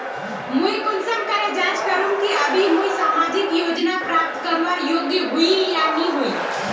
मुई कुंसम करे जाँच करूम की अभी मुई सामाजिक योजना प्राप्त करवार योग्य होई या नी होई?